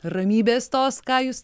ramybės tos ką jūs